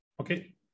okay